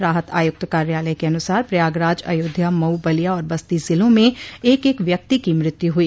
राहत आयुक्त कार्यालय के अनुसार प्रयागराज अयोध्या मऊ बलिया और बस्ती जिलों में एक एक व्यक्ति की मृत्यु हुई